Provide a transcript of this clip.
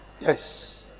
Yes